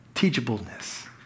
Teachableness